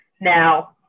Now